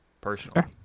personally